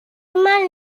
mal